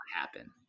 happen